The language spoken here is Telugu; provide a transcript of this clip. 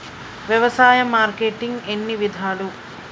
వ్యవసాయ మార్కెటింగ్ ఎన్ని విధాలు?